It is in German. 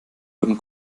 wurden